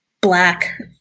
Black